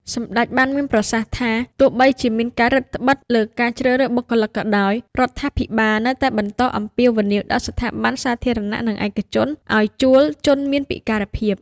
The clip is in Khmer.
សម្តេចបានមានប្រសាសន៍ថា “ទោះបីជាមានការរឹតត្បិតលើការជ្រើសរើសបុគ្គលិកក៏ដោយ រដ្ឋាភិបាលនៅតែបន្តអំពាវនាវដល់ស្ថាប័នសាធារណៈនិងឯកជនឱ្យជួលជនមានពិការភាព។